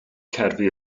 cerddi